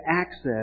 access